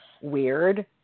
weird